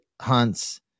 hunts